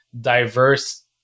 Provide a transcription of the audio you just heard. diverse